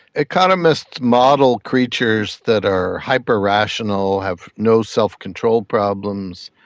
economists model creatures that are hyper rational, have no self-control problems,